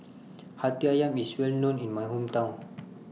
Hati Ayam IS Well known in My Hometown